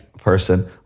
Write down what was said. person